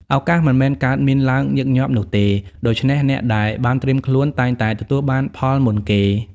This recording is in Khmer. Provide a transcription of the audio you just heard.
ឱកាសមិនមែនកើតមានឡើងញឹកញាប់នោះទេ ដូច្នេះអ្នកដែលបានត្រៀមខ្លួនតែងតែទទួលបានផលមុនគេ។